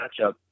matchup